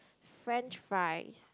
french fries